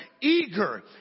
eager